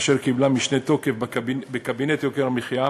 אשר קיבלה משנה-תוקף בקבינט יוקר המחיה,